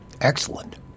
Excellent